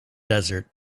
desert